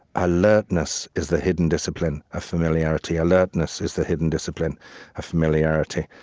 alertness is the hidden discipline of familiarity. alertness is the hidden discipline of familiarity.